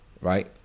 right